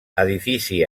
edifici